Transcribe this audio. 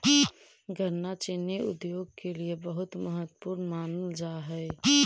गन्ना चीनी उद्योग के लिए बहुत महत्वपूर्ण मानल जा हई